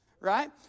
right